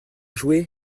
jouer